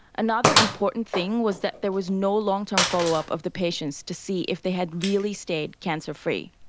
another important thing was that there was no long-term follow-up of the patients to see if they had really stayed cancer free.